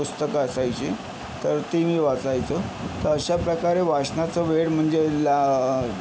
पुस्तकं असायची तर ती मी वाचायचो तर अशाप्रकारे वाचनाचं वेड म्हणजे ला